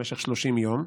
למשך 30 יום,